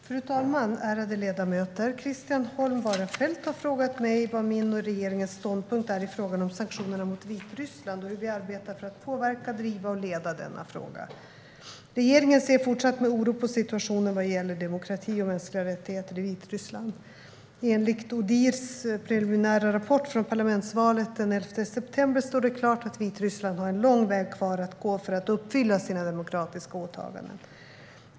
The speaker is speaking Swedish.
Fru talman! Christian Holm Barenfeld har frågat mig vad min och regeringens ståndpunkt är i frågan om sanktionerna mot Vitryssland och hur vi arbetar för att påverka, driva och leda denna fråga. Regeringen ser fortsatt med oro på situationen vad gäller demokrati och mänskliga rättigheter i Vitryssland. Enligt Odihrs preliminära rapport från parlamentsvalet den 11 september står det klart att Vitryssland har en lång väg kvar att gå för att uppfylla sina demokratiska åtaganden.